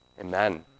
Amen